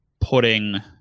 putting